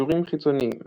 קישורים חיצוניים